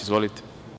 Izvolite.